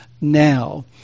now